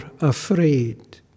afraid